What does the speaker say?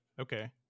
okay